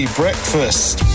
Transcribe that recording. breakfast